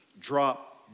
drop